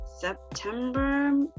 September